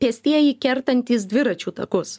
pėstieji kertantys dviračių takus